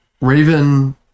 Raven